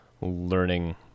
learning